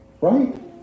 Right